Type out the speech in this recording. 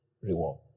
reward